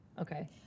Okay